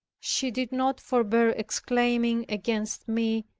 she did not forbear exclaiming against me,